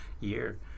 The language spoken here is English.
year